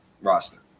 Roster